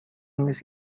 نیست